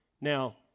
Now